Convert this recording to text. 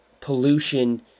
pollution